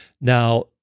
Now